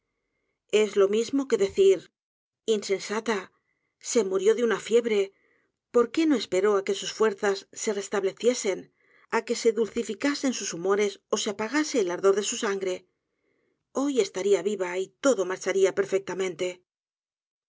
consolarla eslo mismo que decir insensata se murió de una fiebre por qué no esperó á que sus fuerzas se restameciesen á que se dulcificasen sus humores ó se apagase el ardor de su sangre hoy estaría viva y lodo marcharía perfectamente